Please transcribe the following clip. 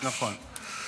נכון.